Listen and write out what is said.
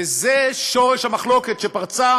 וזה שורש המחלוקת שפרצה